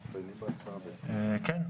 כן.